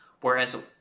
whereas